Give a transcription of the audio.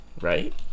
Right